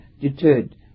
deterred